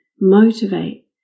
motivate